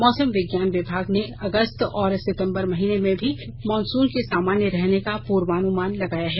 मौसम विज्ञान विभाग ने अगस्त और सितंबर महीने में भी मानसुन के सामान्य रहने का पुर्वानुमान लगाया है